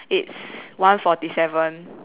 it's one forty seven